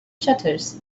shutters